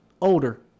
older